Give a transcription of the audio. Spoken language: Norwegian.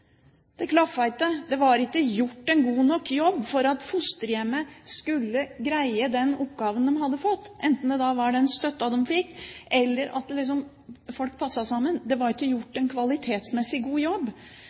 at fosterhjemmet skulle greie den oppgaven de hadde fått, enten det gjaldt den støtten de fikk, eller at folk passet sammen. Det var ikke gjort en kvalitetsmessig god jobb.